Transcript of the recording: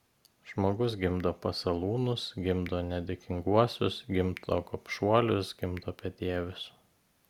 žmogus gimdo pasalūnus gimdo nedėkinguosius gimdo gobšuolius gimdo bedievius